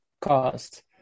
cost